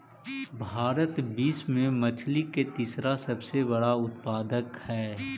भारत विश्व में मछली के तीसरा सबसे बड़ा उत्पादक हई